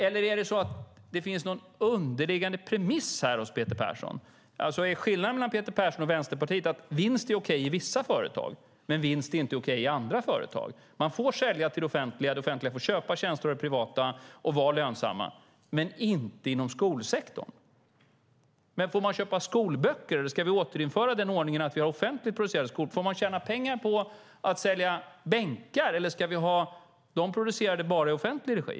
Eller är det så att det finns någon underliggande premiss hos Peter Persson? Är skillnaden mellan Peter Persson och Vänsterpartiet att vinst är okej i vissa företag men inte i andra företag, alltså att man får sälja till det offentliga och att det offentliga får köpa tjänster av privata aktörer och vara lönsamma men inte inom skolsektorn? Men får man köpa skolböcker, eller ska vi återinföra ordningen att vi har offentligt producerade skolböcker? Får man tjäna pengar på att sälja bänkar, eller ska de produceras bara i offentlig regi?